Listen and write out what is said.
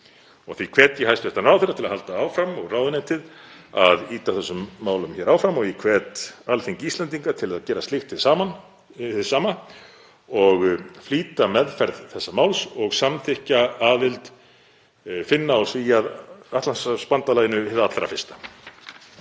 Því hvet ég hæstv. ráðherra til að halda áfram og ráðuneytið að ýta þessum málum hér áfram og ég hvet Alþingi Íslendinga til að gera slíkt hið sama og flýta meðferð þessa máls og samþykkja aðild Finna og Svía að Atlantshafsbandalaginu hið allra fyrsta.